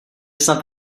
snad